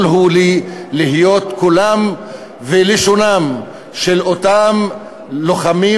הוא לי להיות קולם ולשונם של אותם "לוחמים"